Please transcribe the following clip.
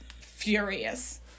furious